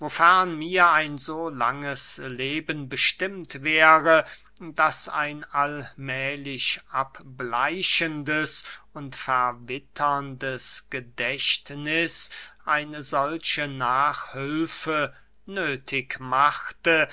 wofern mir ein so langes leben bestimmt wäre daß ein allmählich abbleichendes und verwitterndes gedächtniß eine solche nachhülfe nöthig machte